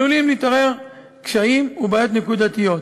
עלולים להתעורר קשיים ובעיות נקודתיות.